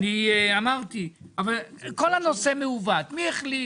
אבל מי החליט